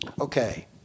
Okay